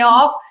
off